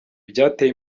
byateye